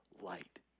light